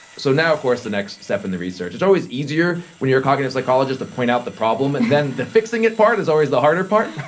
so now of course the next step in the research, it's always easier when you are a cognitive psychologist to point out the problem and then the fixing it part is always the harder part.